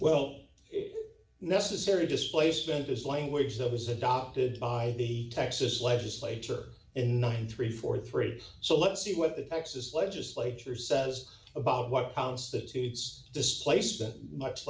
well necessary displacement this language that was adopted by the texas legislature is ninety three for three so let's see what the texas legislature says about what constitutes displacement much